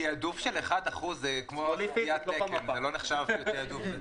תעדוף של אחוז אחד סטיית תקן, זה לא נחשב תעדוף.